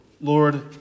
Lord